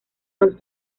los